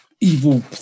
evil